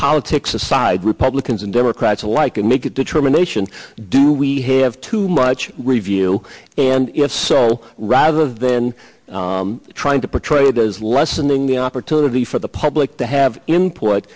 politics aside republicans and democrats alike and make a determination do we have too much review and if so rather than trying to portray it as lessening the opportunity for the public to have i